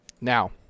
Now